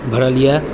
भरल यऽ